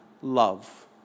love